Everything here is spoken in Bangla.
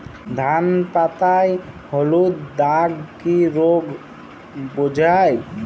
ধান পাতায় হলুদ দাগ কি রোগ বোঝায়?